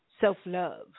self-love